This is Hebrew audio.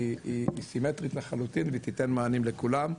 היא סימטרית לחלוטין והיא תיתן מענים לכולם.